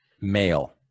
male